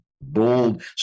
bold